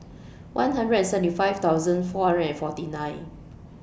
one hundred and seventy five thousand four hundred and forty nine